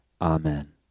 Amen